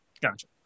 Gotcha